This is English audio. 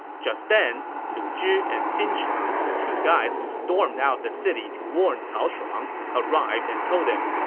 just then, lu zhi and xin chang, the two guys who stormed out of the city to warn cao shuang, arrived and told him,